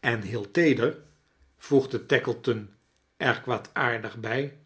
en heel teedar voegde tackleton eir kwaadaardig bij